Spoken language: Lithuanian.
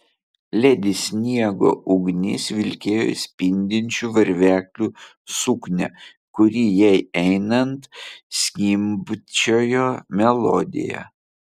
ledi sniego ugnis vilkėjo spindinčių varveklių suknią kuri jai einant skimbčiojo melodiją